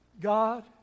God